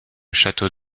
château